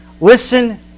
listen